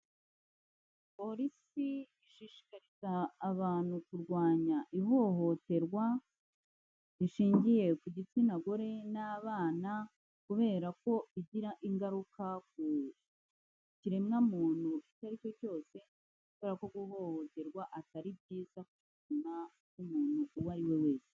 Polisi ishishikariza abantu kurwanya ihohoterwa rishingiye ku gitsina gore n'abana, kubera ko igira ingaruka ku kiremwamuntu icyo ari cyo cyose, kubera ko guhohoterwa atari byiza kumenywa n'umuntu uwo ari we wese.